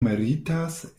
meritas